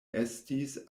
estis